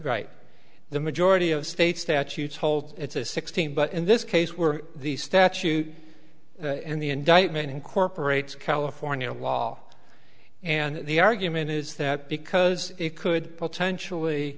right the majority of states statutes hold it's a sixteen but in this case were the statute and the indictment incorporates california law and the argument is that because it could potentially